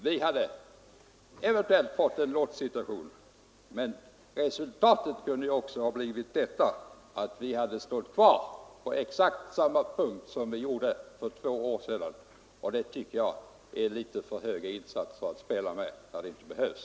Vi hade eventuellt fått en lottsituation, men resultatet kunde också ha blivit att vi stått kvar på exakt samma punkt som vi gjorde för två år sedan, och det tycker jag är litet för hög insats att spela med när det inte behövs.